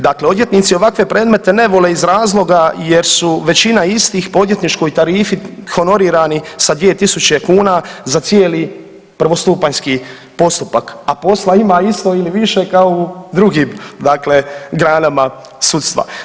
Dakle, odvjetnici ovakve predmete ne vole iz razloga jer su većina istih po odvjetničkoj tarifi honorirani sa 2.000 kuna za cijeli prvostupanjski postupak, a posla ima isto ili više kao u drugim dakle granama sudstva.